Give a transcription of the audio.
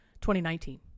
2019